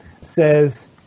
says